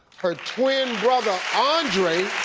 her twin brother, andre.